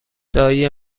دایی